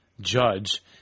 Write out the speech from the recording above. judge